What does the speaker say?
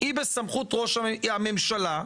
אלא בסמכות הממשלה.